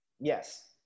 yes